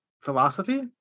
philosophy